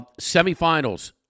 Semifinals